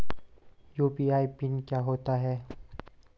UPI PIN क्या होता है?